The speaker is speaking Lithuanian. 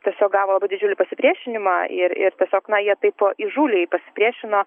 tiesiog gavo labai didžiulį pasipriešinimą ir ir tiesiog na jie taip įžūliai pasipriešino